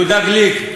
יהודה גליק,